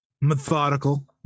methodical